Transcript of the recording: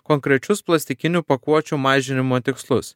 konkrečius plastikinių pakuočių mažinimo tikslus